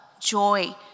joy